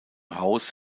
haus